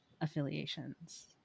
affiliations